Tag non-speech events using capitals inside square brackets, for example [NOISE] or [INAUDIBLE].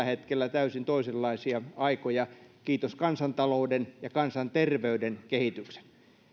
[UNINTELLIGIBLE] hetkellä täysin toisenlaisia aikoja kiitos kansatalouden ja kansanterveyden kehityksen